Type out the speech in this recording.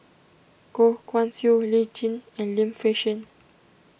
Goh Guan Siew Lee Tjin and Lim Fei Shen